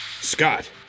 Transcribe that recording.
Scott